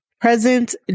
present